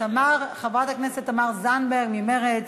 חברת הכנסת תמר זנדברג ממרצ.